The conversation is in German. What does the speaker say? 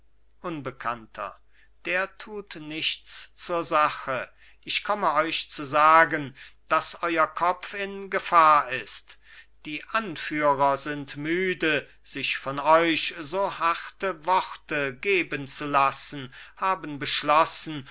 unbekannter der tut nichts zur sache ich komme euch zu sagen daß euer kopf in gefahr ist die anführer sind müde sich von euch so harte worte geben zu lassen haben beschlossen